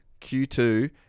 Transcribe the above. q2